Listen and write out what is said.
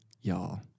y'all